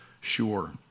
sure